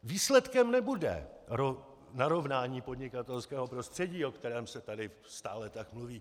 Výsledkem nebude narovnání podnikatelského prostředí, o kterém se tady tak stále mluví.